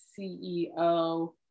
CEO